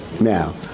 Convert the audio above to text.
Now